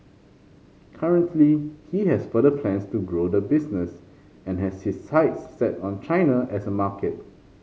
currently he has further plans to grow the business and has his sights set on China as a market